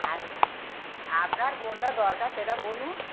আচ্ছা আপনার কোনটা দরকার সেটা বলুন